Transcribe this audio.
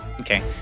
Okay